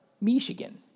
Michigan